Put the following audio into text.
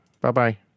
Bye-bye